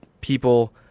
people